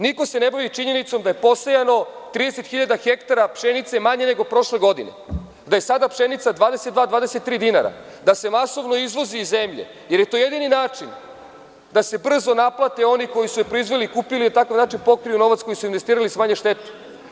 Niko se ne bavi činjenicom da je posejano 30.000 hektara pšenice manje nego prošle godine, da je sada pšenica 22-23 dinara, da se masovno izvozi iz zemlje, jer je to jedini način da se brzo naplate oni koji su je proizveli i kupili je i na takav način pokrili novac koji su investirali i smanje štetu.